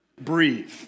Breathe